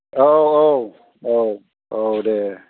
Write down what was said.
औ औ औ औ दे